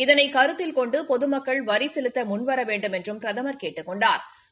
இதனை கருத்தில் கொண்டு பொதுமக்கள் வரி செலுத்த முன்வர வேண்டுமென்றும் பிரதமா் கேட்டுக் கொண்டாா்